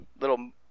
little